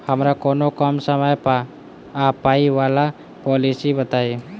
हमरा कोनो कम समय आ पाई वला पोलिसी बताई?